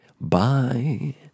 Bye